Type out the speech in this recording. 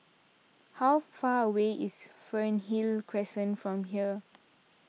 how far away is Fernhill Crescent from here